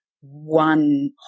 one